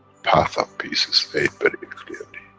path of peace is laid very clearly.